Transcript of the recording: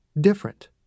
different